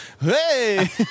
hey